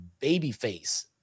babyface